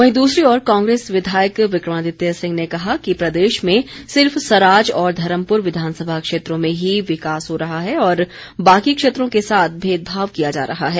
वहीं दूसरी ओर कांग्रेस विधायक विक्रमादित्य सिंह ने कहा कि प्रदेश में सिर्फ सराज और धर्मपुर विधानसभा क्षेत्रों में ही विकास हो रहा है और बाकी क्षेत्रों के साथ भेदभाव किया जा रहा है